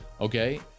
okay